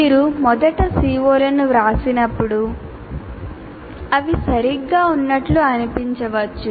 మీరు మొదట CO లను వ్రాసినప్పుడు అవి సరిగ్గా ఉన్నట్లు అనిపించవచ్చు